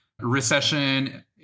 recession